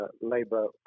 Labour